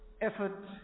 effort